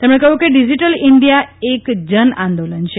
તેમણે કહ્યું છે કે ડિજીટલ ઇન્ડિયા એક જન આંદોલન છે